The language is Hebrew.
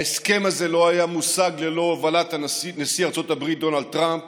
ההסכם הזה לא היה מושג ללא הובלת נשיא ארצות הברית דונלד טראמפ